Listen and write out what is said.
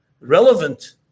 relevant